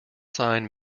sign